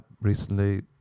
recently